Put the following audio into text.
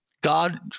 God